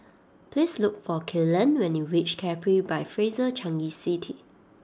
please look for Kellen when you reach Capri by Fraser Changi City